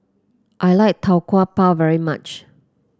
I like Tau Kwa Pau very much